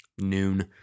noon